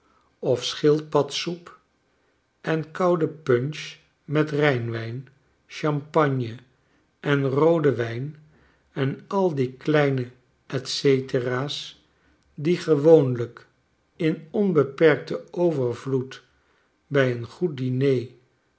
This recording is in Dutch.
of schildpadsoep en koude punch met rijnwijn champagne en rooden wijrj en al die kleine etceteras diegewoonlijk in onbeperkten overvloed bij een goed diner